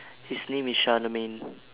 his name is sharlemin